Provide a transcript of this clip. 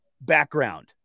background